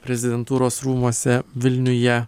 prezidentūros rūmuose vilniuje